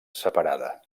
separada